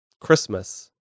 Christmas